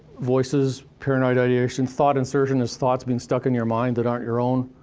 voices, paranoid ideation, thought insertion is thoughts being stuck in your mind that aren't your own.